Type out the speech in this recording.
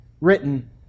written